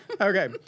Okay